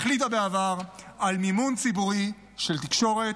החליטה בעבר על מימון ציבורי של תקשורת,